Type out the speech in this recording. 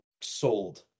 sold